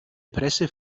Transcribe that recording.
presse